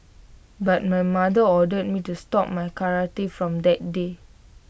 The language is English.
but my mother ordered me to stop my karate from that day